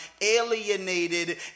alienated